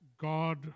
God